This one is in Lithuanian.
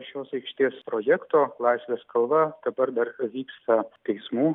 šios aikštės projekto laisvės kalva dabar vyksta teismų